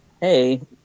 hey